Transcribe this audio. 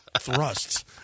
thrusts